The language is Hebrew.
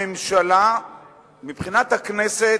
מבחינת הכנסת,